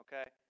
okay